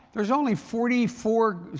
there's only forty four